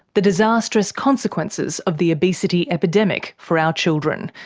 the disastrous consequences of the obesity epidemic for our children.